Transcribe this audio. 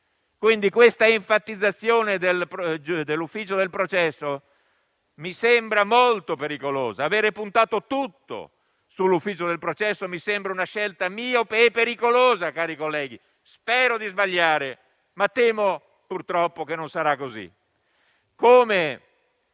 Questa enfatizzazione dell'ufficio del processo mi sembra molto pericolosa. Aver puntato tutto sull'ufficio del processo mi sembra una scelta miope e pericolosa, cari colleghi. Spero di sbagliare, ma temo purtroppo che non sarà così. Stesso